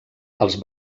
els